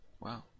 Wow